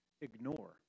ignore